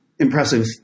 impressive